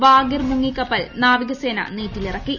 വാഗിർമുങ്ങിക്കപ്പൽ നാവികസേന നീറ്റിലിറക്കി